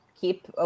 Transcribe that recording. keep